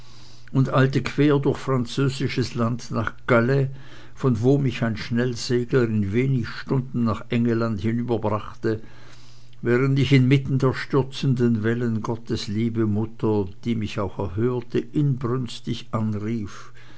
und eilte quer durch französisches land nach calais von wo mich ein schnellsegler in wenig stunden nach engelland hinüberbrachte während mich inmitten der stürzenden wellen gottes liebe mutter die mich auch erhörte inbrünstig anrief